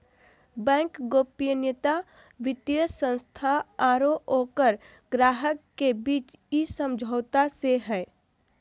bank गोपनीयता वित्तीय संस्था आरो ओकर ग्राहक के बीच इ समझौता से हइ